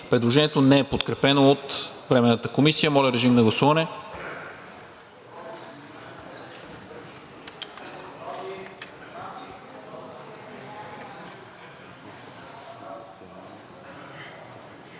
Предложението не е подкрепено от Временната комисия. Моля, режим на гласуване.